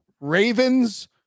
Ravens